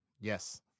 Yes